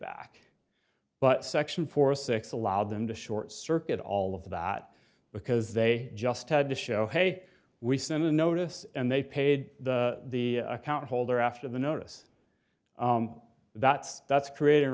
back but section four six allowed them to short circuit all of that because they just had to show hey we sent a notice and they paid the account holder after the notice that's that's creat